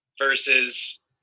versus